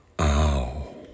ow